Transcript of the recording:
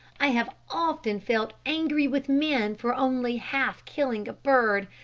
i have often felt angry with men for only-half killing a bird.